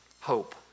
hope